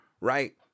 right